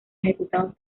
ejecutados